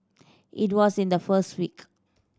it was in the first week